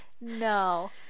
no